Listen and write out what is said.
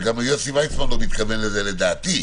וגם יוסי ויצמן לא מתכוון לזה, לדעתי.